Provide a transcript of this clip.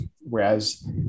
Whereas